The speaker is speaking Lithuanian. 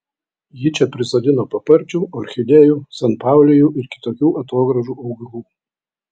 ji čia prisodino paparčių orchidėjų sanpaulijų ir kitokių atogrąžų augalų